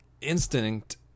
instinct